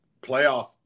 playoff